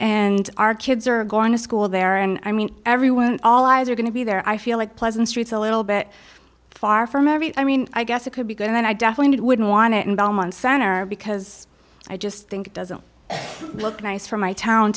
and our kids are going to school there and i mean everyone all eyes are going to be there i feel like pleasant streets a little bit far from every i mean i guess it could be good and i definitely wouldn't want it in belmont center because i just think it doesn't look nice for my town